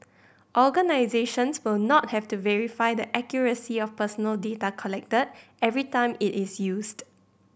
organisations will not have to verify the accuracy of personal data collected every time it is used